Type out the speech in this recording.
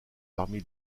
parmi